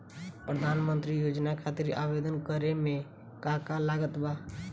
प्रधानमंत्री योजना खातिर आवेदन करे मे का का लागत बा?